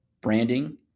branding